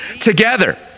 together